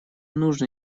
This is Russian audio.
нужно